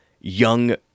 young